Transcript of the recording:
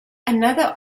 another